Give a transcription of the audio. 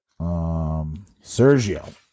Sergio